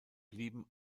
blieben